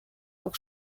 pour